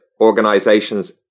organizations